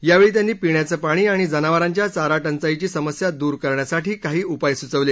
यावेळी त्यांनी पिण्याचं पाणी आणि जनावरांच्या चाराटंचाईची समस्या दूर करण्यासाठी काही उपाय सुववले